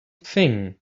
thing